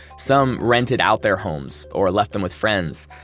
some rented out their homes or left them with friends,